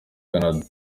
canada